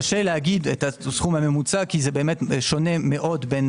קשה לומר את הסכום הממוצע כי זה שונה מאוד בין